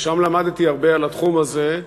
ושם למדתי הרבה על התחום הזה.